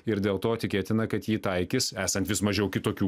ir dėl to tikėtina kad jį taikys esant vis mažiau kitokių